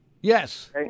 Yes